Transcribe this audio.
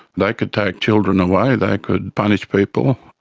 like could take children away, they could punish people.